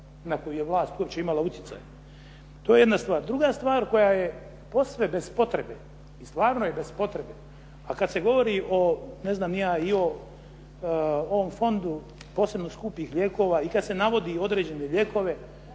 na koju je vlast uopće imala utjecaj. To je jedna stvar. Druga stvar koja je posve bez potrebe i stvarno je bez potrebe, a kad se govori i o ovom Fondu posebno skupih lijekova i kad se navodi određene lijekove,